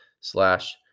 slash